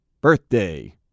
birthday